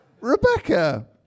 Rebecca